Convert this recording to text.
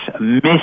Miss